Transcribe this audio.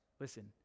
listen